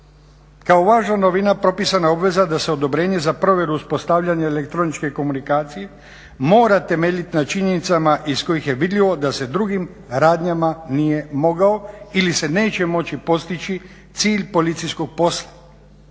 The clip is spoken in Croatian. Kao važna novina propisana je obveza da se odobrenje za provjeru uspostavljanja elektroničke komunikacije mora temeljiti na činjenicama iz kojih je vidljivo da se drugim radnjama nije mogao ili se neće moći postići cilj policijskog posla